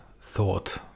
thought